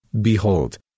Behold